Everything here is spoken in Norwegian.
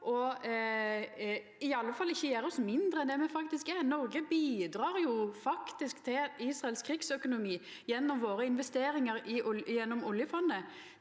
i alle fall ikkje gjera oss mindre enn det me faktisk er? Noreg bidrar faktisk til Israels krigsøkonomi gjennom våre investeringar gjennom oljefondet.